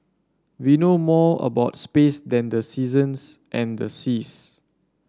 we know more about space than the seasons and the seas